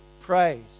Praise